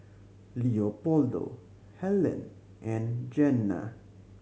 Leopoldo Hellen and Jenna